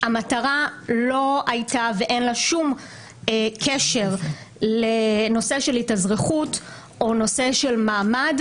המטרה לא הייתה ואין לה שום קשר לנושא של התאזרחות או נושא של מעמד.